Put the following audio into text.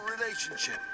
relationship